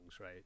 right